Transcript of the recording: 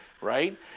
right